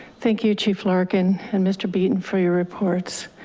thank you, chief larkin and mr. beaton for your reports.